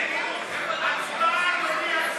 הצבעה, אדוני.